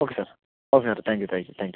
okay sir okay sir thank you thank you thank you